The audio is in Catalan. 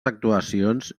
actuacions